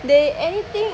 they anything